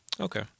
Okay